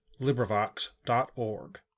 LibriVox.org